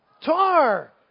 Tar